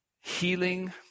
healing